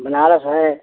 बनारस है